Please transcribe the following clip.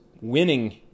winning